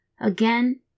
Again